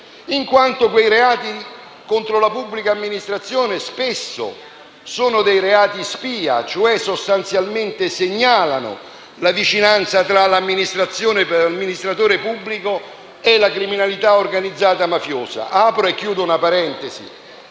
che hanno commesso reati contro la pubblica amministrazione, in quanto spesso sono reati spia, e cioè sostanzialmente segnalano la vicinanza tra l'amministratore pubblico e la criminalità organizzata mafiosa. Apro e chiudo una parentesi: